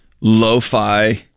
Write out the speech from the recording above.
lo-fi